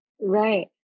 Right